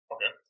Okay